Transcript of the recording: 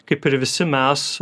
kaip ir visi mes